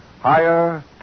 higher